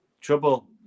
trouble